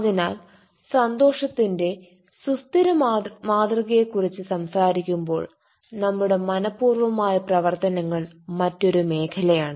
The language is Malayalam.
അതിനാൽ സന്തോഷത്തിന്റെ സുസ്ഥിര മാതൃകയെക്കുറിച്ച് സംസാരിക്കുമ്പോൾ നമ്മുടെ മന പൂർവമായ പ്രവർത്തനങ്ങൾ മറ്റൊരു മേഖലയാണ്